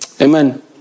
Amen